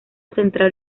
central